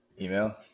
Email